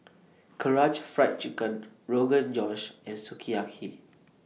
Karaage Fried Chicken Rogan Josh and Sukiyaki